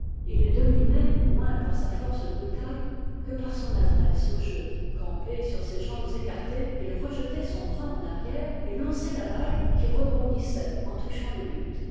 il dominait moins par sa force brutale que par son adresse au jeu campé sur ses jambes écartées il rejetait son bras en arrière et lançait la balle qui rebondissait en touchant le but